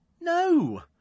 no